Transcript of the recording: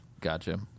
gotcha